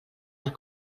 del